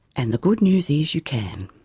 and the good news is, you can.